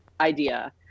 idea